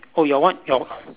oh your one your